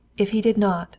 if he did not